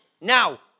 now